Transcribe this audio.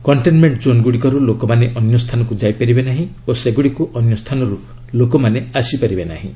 containment zone ଗୁଡ଼ିକରୁ ଲୋକମାନେ ଅନ୍ୟ ସ୍ଥାନକୁ ଯାଇପାରିବେ ନାହିଁ ଓ ସେଗୁଡ଼ିକୁ ଅନ୍ୟ ସ୍ଥାନରୁ ଲୋକମାନେ ଆସିପାରିବେ ନାହିଁ